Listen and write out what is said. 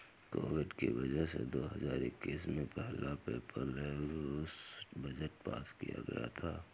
Covid की वजह से दो हजार इक्कीस में पहला पेपरलैस बजट पास किया गया था